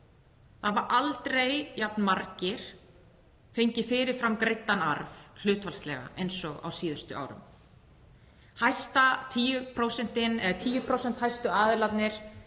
Það hafa aldrei jafn margir fengið fyrir fram greiddan arð hlutfallslega og á síðustu árum. 10% hæstu aðilarnir